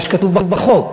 לפי מה שכתוב בחוק,